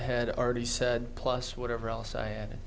had already said plus whatever else i ad